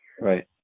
Right